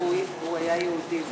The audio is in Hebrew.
והוא היה יהודי,